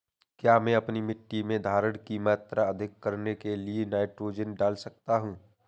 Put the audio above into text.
क्या मैं अपनी मिट्टी में धारण की मात्रा अधिक करने के लिए नाइट्रोजन डाल सकता हूँ?